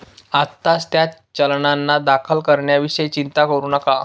आत्ताच त्या चलनांना दाखल करण्याविषयी चिंता करू नका